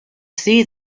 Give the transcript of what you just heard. see